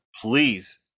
Please